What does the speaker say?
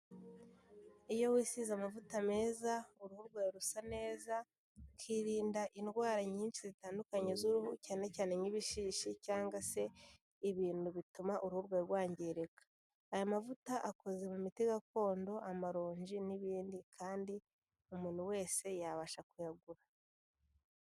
Iyo wisize amavuta meza uruhu rwawe rusa neza, ukirinda indwara nyinshi zitandukanye z'uruhu cyane cyane nk'ibishishi cyangwa se ibintu bituma uruhu rwawe rwangirika. Aya mavuta akoze mu miti gakondo, amaronji n'ibindi kandi umuntu wese yabasha kuyagura.